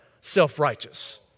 self-righteous